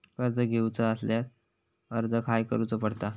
कर्ज घेऊचा असल्यास अर्ज खाय करूचो पडता?